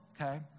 okay